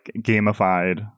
gamified